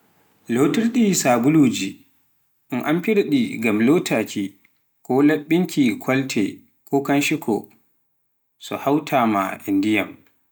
lootirde sabuluji un amfira ngam lotaaki ko laɓɓinki kolte ko kanshiiko so hawta maa e ndiyam.